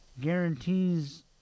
guarantees